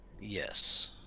Yes